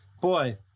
Boy